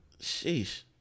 Sheesh